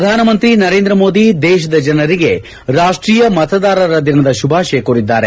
ಪ್ರಧಾನಮಂತ್ರಿ ನರೇಂದ್ರಮೋದಿ ದೇಶದ ಜನರಿಗೆ ರಾಷ್ಷೀಯ ಮತದಾರರ ದಿನದ ಶುಭಾಶಯ ಕೋರಿದ್ದಾರೆ